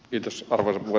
arvoisa puhemies